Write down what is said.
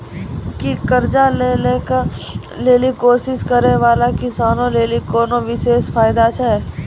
कि कर्जा लै के लेली कोशिश करै बाला किसानो लेली कोनो विशेष फायदा छै?